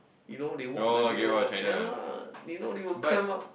you know they walk the Great Wall ya lah you know they will climb up